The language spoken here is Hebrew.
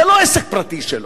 זה לא עסק פרטי שלו.